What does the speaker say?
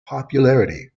popularity